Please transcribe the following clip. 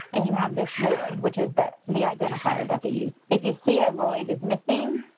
and you have this roid, which is the the identifier that they use. if you see a roid is missing,